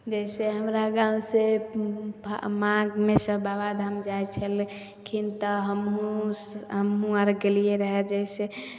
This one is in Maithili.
जइसे हमरा गाँव से माघमे सब बाबा धाम जाइ छलखिन तऽ हमहु हमहु आर गेलिए रहऽ जइसे